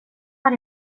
har